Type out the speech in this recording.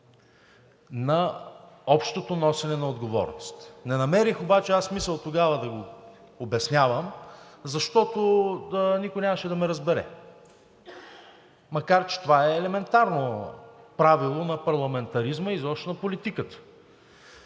на общото носене на отговорност. Не намерих обаче аз смисъл тогава да Ви обяснявам, защото никой нямаше да ме разбере, макар че това е елементарно правило на парламентаризма и изобщо на политиката.